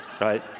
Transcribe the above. Right